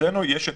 עוסק בזה